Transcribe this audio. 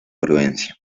prudencia